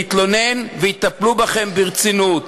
להתלונן, ויטפלו בכם ברצינות.